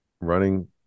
running